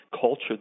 culture